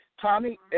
Tommy